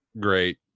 great